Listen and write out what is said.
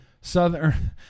Southern